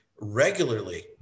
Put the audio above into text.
regularly